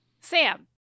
Sam